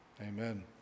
Amen